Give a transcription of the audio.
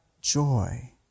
joy